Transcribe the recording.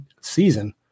season